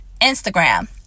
Instagram